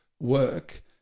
work